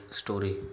story